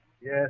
Yes